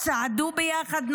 צעדו ביחד,